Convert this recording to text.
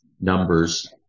numbers